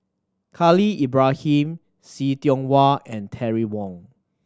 Khalil Ibrahim See Tiong Wah and Terry Wong